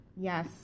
Yes